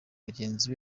bagenzi